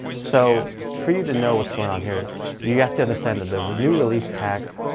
so for you to know what's going on here you have to understand that the new relief package,